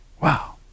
wow